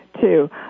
two